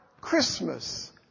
Christmas